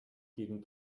gegen